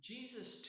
Jesus